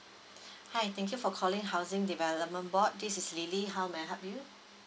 hi thank you for calling housing development board this is lily how may I help you